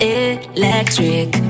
electric